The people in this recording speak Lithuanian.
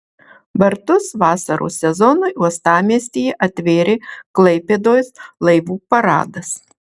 vartus vasaros sezonui uostamiestyje atvėrė klaipėdos laivų paradas